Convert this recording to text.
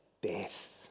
death